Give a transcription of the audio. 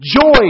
Joy